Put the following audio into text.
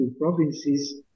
provinces